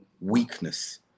weakness